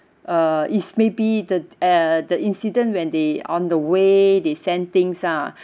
uh is maybe the uh the incident when they on the way they send things lah